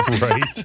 Right